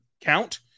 count